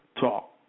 Talk